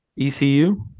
ECU